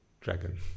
dragon